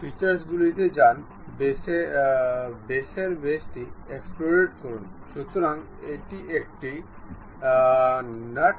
পরবর্তী ধরনের মেট হল প্যারালেল মেট